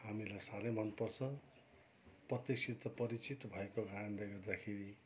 हामीलाई साह्रै मनपर्छ प्रत्येकसित परिचित भएको कारणले गर्दाखेरि